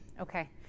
okay